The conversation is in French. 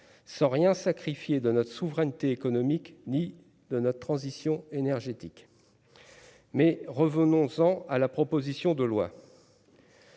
sans rien sacrifier de notre souveraineté économique ni de notre transition énergétique mais revenons sans à la proposition de loi